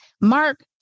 Mark